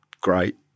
great